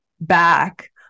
back